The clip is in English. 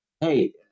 hey